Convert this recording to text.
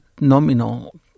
nominal